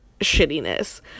shittiness